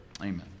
amen